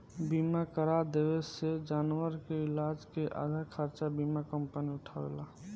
बीमा करा देवे से जानवर के इलाज के आधा खर्चा बीमा कंपनी उठावेला